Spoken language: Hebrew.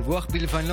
תודה רבה.